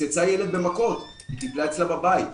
פוצצה ילד במכות, טיפלה אצלה בבית.